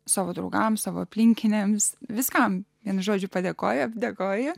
savo draugams savo aplinkiniams viskam vien žodžiu padėkoja dėkoja